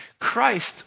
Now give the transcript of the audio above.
Christ